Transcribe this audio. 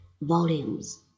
volumes